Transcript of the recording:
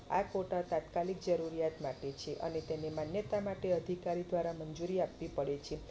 આ કોટા તાત્કાલિક જરૂરિયાત માટે છે અને તેને માન્યતા માટે અધિકારી દ્વારા મંજૂરી આપવી પડે છે